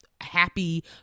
happy